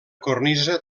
cornisa